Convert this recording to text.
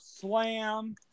slam